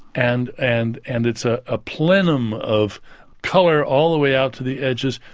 and and and it's a ah plenum of colour all the way out to the edges,